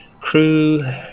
crew